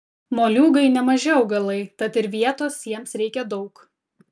moliūgai nemaži augalai tad ir vietos jiems reikia daug